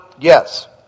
Yes